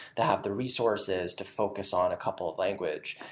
they have the resources to focus on a couple of language.